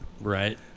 Right